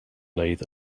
lathe